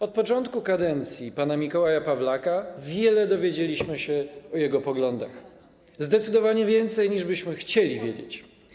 Od początku kadencji pana Mikołaja Pawlaka wiele dowiedzieliśmy się o jego poglądach, zdecydowanie więcej, niż byśmy chcieli wiedzieć.